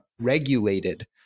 regulated